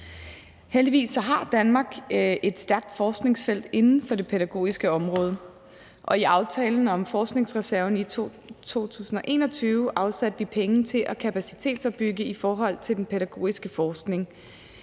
Heldigvis har Danmark et stærkt forskningsfelt inden for det pædagogiske område, og i aftalen om forskningsreserven i 2021 afsatte vi penge til at kapacitetsopbygge i forhold til den pædagogiske forskning.